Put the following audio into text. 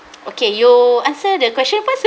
okay you answer the question first